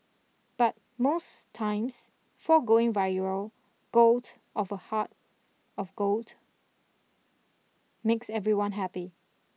but most times foregoing viral gold of a heart of gold makes everyone happy